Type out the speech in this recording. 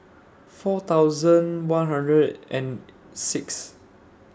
four thousand one hundred and Sixth